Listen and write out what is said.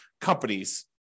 companies